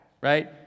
right